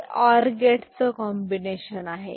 हे और गेटचा कॉम्बिनेशन आहे